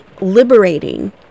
liberating